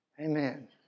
Amen